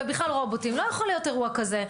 ובכלל רובוטים לא יכול להיות אירוע כזה.